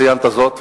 ציינת זאת,